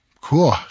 cool